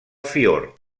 fiord